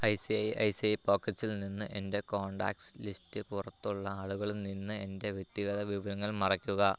I C I C I പോക്കറ്റ്സിൽ നിന്ന് എൻ്റെ കോൺടാക്റ്റ്സ് ലിസ്റ്റ് പുറത്തുള്ള ആളുകളിൽ നിന്ന് എൻ്റെ വ്യക്തിഗത വിവരങ്ങൾ മറയ്ക്കുക